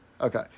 Okay